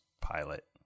pilot